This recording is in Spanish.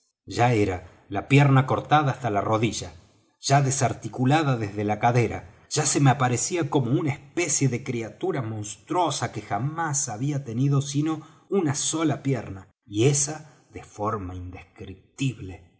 ya era la pierna cortada hasta la rodilla ya desarticulada desde la cadera ya se me aparecía como una especie de criatura monstruosa que jamás había tenido sino una sola pierna y ésa de forma indescriptible